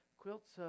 Quilts